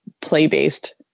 play-based